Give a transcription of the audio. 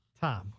Tom